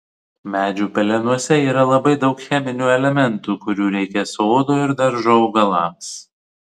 medžių pelenuose yra labai daug cheminių elementų kurių reikia sodo ir daržo augalams